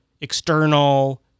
external